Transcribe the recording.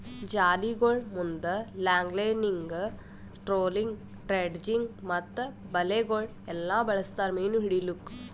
ಜಾಲಿಗೊಳ್ ಮುಂದ್ longlining, trolling, dredging ಮತ್ತ ಬಲೆಗೊಳ್ ಎಲ್ಲಾ ಬಳಸ್ತಾರ್ ಮೀನು ಹಿಡಿಲುಕ್